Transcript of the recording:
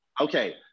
Okay